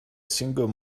single